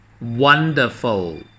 Wonderful